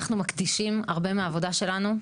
אנחנו מקדישים הרבה מהעבודה שלנו,